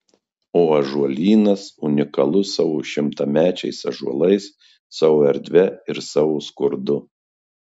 o ąžuolynas unikalus savo šimtamečiais ąžuolais savo erdve ir savo skurdu